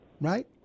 right